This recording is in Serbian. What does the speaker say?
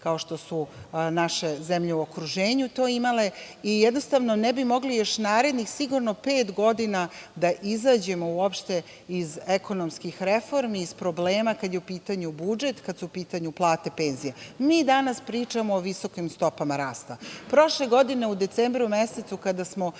kao što su naše zemlje u okruženju to imale. Jednostavno ne bi mogli još narednih sigurno pet godina da izađemo uopšte iz ekonomskih reformi, iz problema, kad je u pitanju budžet, kad su u pitanju plate i penzije. Mi danas pričamo o visokim stopama rasta. Prošle godine u decembru mesecu kada smo